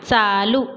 चालू